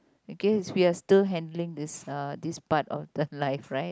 okay we're still handling this uh this part of the life right